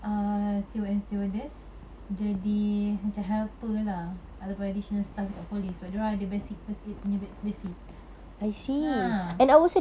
err steward and stewardess jadi macam helper lah ataupun additional staff dekat poly lah sebab diorang ada basic first aid punya bas~ basic ha